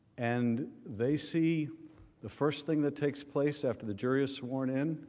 and they see the first thing that takes place after the jury is sworn in,